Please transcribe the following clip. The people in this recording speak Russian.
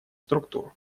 структур